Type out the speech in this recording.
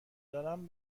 دارند